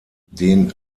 den